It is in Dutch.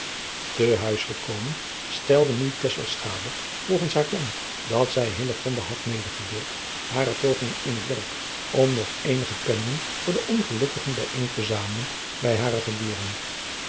te huis gekomen stelde nu tesselschade volgens haar plan dat zij hillegonda had medegedeeld hare pogingen in het werk om nog eenige penningen voor de ongelukkigen bijeen te zamelen bij hare geburen